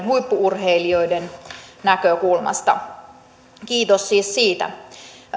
huippu urheilijoiden näkökulmasta kiitos siis siitä